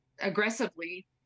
aggressively